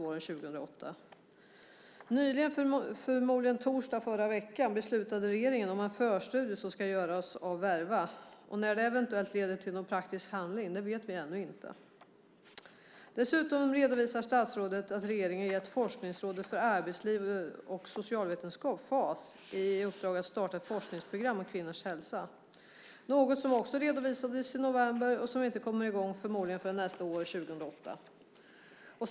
Den tredje är att regeringen nyligen, förmodligen torsdagen förra veckan, beslutade om en förstudie som ska göras av Verva. När detta eventuellt leder till någon praktisk handling vet vi ännu inte. Dessutom redovisar statsrådet att regeringen gett Forskningsrådet för arbetsliv och socialvetenskap, Fas, i uppdrag att starta ett forskningsprogram om kvinnors hälsa, något som också redovisades i november och som förmodligen inte kommer i gång förrän nästa år.